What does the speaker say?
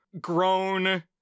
grown